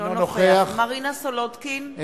אינו נוכח מרינה סולודקין,